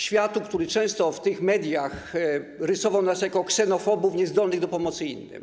Światu, który często w mediach rysował nas jako ksenofobów niezdolnych do pomocy innym.